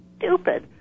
stupid